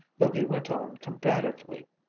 though he went on combatively,